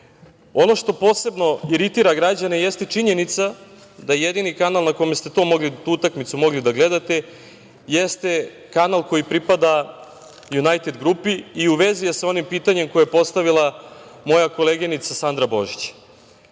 Ono što posebno iritira građane jeste činjenica da jedini kanal na kome ste tu utakmicu mogli da gledate jeste kanal koji pripada Junajted grupi i u vezi je sa onim pitanjem koji je postavila moja koleginica Sandra Božić. Dakle,